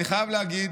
אני חייב להגיד